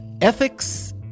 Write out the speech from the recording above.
ethics